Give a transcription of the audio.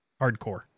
Hardcore